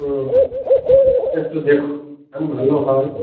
হুম একটু দেখুন ভালো হয়